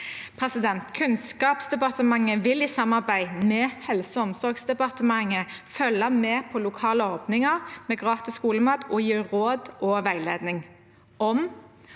Stavanger. Kunnskapsdepartementet vil, i samarbeid med Helseog omsorgsdepartementet, følge med på lokale ordninger med gratis skolemat og gi råd og veiledning. Om